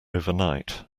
overnight